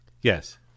yes